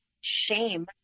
shame